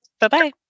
Bye-bye